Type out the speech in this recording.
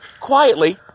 quietly